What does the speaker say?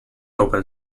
open